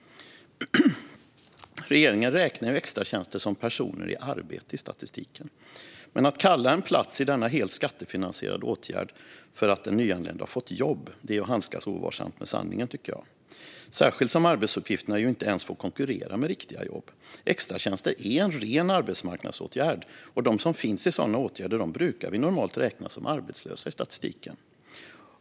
Regeringen räknar extratjänster som personer i arbete i statistiken. Men att kalla en plats i denna helt skattefinansierade åtgärd för att den nyanlända har fått jobb är att handskas ovarsamt med sanningen, tycker jag, särskilt som arbetsuppgifterna inte ens får konkurrera med riktiga jobb. Extratjänster är en ren arbetsmarknadsåtgärd, och de som finns i sådana åtgärder brukar normalt räknas som arbetslösa i statistiken.